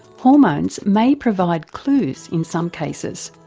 hormones may provide clues in some cases.